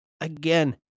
Again